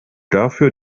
dafür